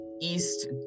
east